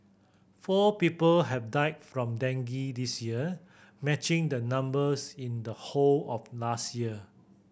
four people have died from dengue this year matching the numbers in the whole of last year